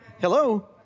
Hello